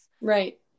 right